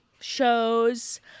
shows